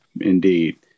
Indeed